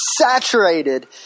saturated